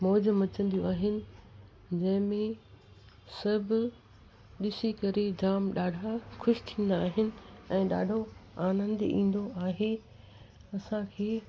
मौज मचंदियूं आहिनि जंहिं में सभु ॾिसी करे जाम ॾाढा ख़ुशि थींदा आहिनि ऐं ॾाढो आनंदु ईंदो आहे असांखे